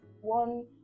one